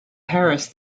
paris